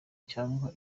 cyangwa